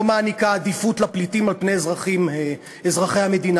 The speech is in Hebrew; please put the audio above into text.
מעניקה עדיפות לפליטים על פני אזרחי המדינה.